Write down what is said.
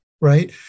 right